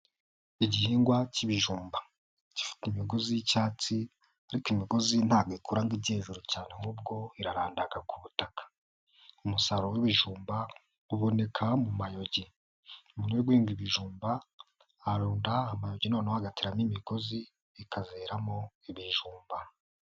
Igihingwa cy'ibijumba, gifite imigozi z'icyatsi ariko imigozi ntabwo ikura ngo ijye hejuru cyane ahubwo rarandaga ku butaka. Umusaruro w'ibijumba, uboneka mu mayogi. Nyuma yo guhinga ibijumba, aharunda amayogi noneho agatera n'imigozi ikazereramo ibijumba.